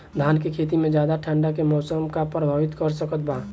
धान के खेती में ज्यादा ठंडा के मौसम का प्रभावित कर सकता बा?